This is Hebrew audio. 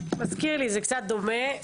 קצת דומה.